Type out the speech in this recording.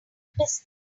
business